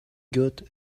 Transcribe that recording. got